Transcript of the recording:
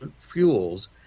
fuels